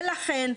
ולכן,